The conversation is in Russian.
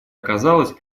оказалась